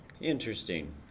Interesting